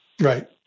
Right